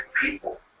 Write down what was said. people